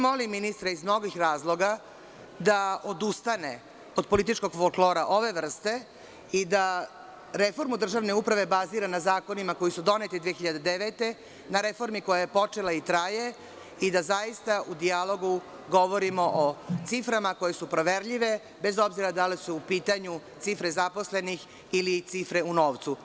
Molim ministra iz mnogih razloga da odustane od političkog folklora ove vrste i da reformu državne uprave bazira na zakonima koji su doneti 2009. godine, na reformi koja je počela i traje i da u dijalogu govorimo o ciframa koje su proverljive bez obzira da li su u pitanju cifre zaposlenih ili cifre u novcu.